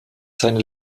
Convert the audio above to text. seine